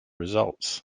results